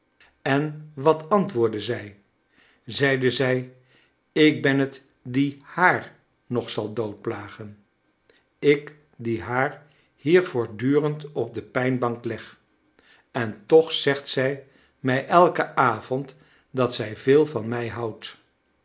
en wat antwoordde zij zeide zij ik en het die haar nog zal dood plagen ik die haar hier voortdurend op de pijnbank leg en loch zegt zij mij elken avond dat zij veel van mij houdt